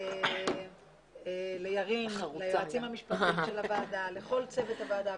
לירין, לכל צוות הוועדה.